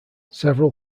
several